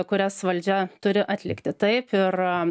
kurias valdžia turi atlikti taip ir